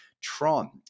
Tron